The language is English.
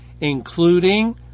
including